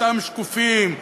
אותם שקופים,